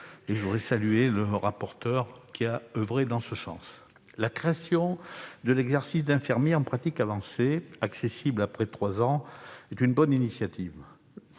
et je voudrais saluer le rapporteur qui a oeuvré en ce sens. La création de l'exercice d'infirmier en pratique avancée, accessible après trois ans, est une bonne initiative.